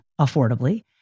affordably